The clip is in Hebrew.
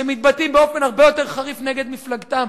שמתבטאים באופן הרבה יותר חריף נגד מפלגתם,